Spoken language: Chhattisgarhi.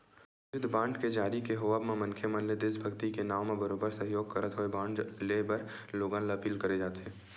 युद्ध बांड के जारी के होवब म मनखे मन ले देसभक्ति के नांव म बरोबर सहयोग करत होय बांड लेय बर लोगन ल अपील करे जाथे